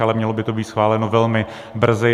Ale mělo by to být schváleno velmi brzy.